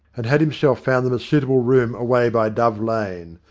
and had himself found them a suit able room away by dove lane.